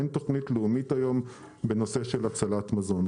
אין היום תוכנית לאומית בנושא של הצלת מזון.